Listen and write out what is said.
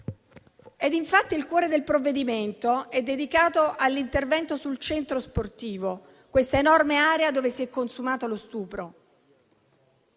Infatti, il cuore del provvedimento è dedicato all'intervento sul centro sportivo, questa enorme area dove si è consumato lo stupro.